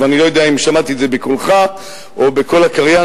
אני לא יודע אם שמעתי את זה בקולך או בקול הקריין,